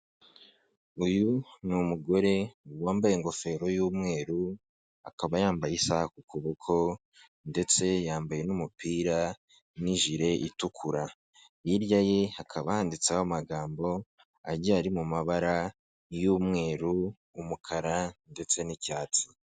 Uyu ni umugore wambaye ingofero y'umweru, akaba yambaye isaha ku kuboko ndetse yambaye n'umupira n'ijire itukura, hirya ye hakaba handitseho amagambo agiye ari mu mabara y'umweru, umukara ndetse n'icyatsi.